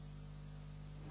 Hvala